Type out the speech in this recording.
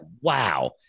wow